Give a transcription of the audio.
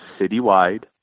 citywide